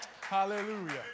Hallelujah